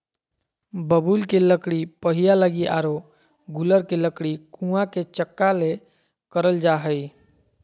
बबूल के लकड़ी पहिया लगी आरो गूलर के लकड़ी कुआ के चकका ले करल जा हइ